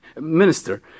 minister